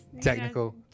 technical